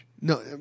No